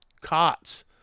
cots